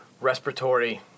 respiratory